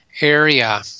area